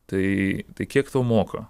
tai tai kiek tau moka